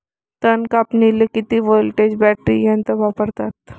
तन कापनीले किती व्होल्टचं बॅटरी यंत्र वापरतात?